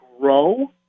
grow